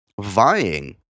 vying